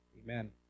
amen